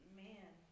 man